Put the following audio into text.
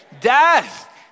death